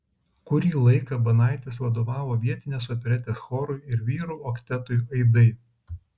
kurį laiką banaitis vadovavo vietinės operetės chorui ir vyrų oktetui aidai